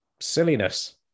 silliness